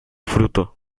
fruto